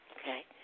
okay